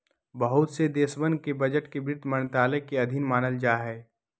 बहुत से देशवन के बजट के वित्त मन्त्रालय के अधीन मानल जाहई